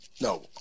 No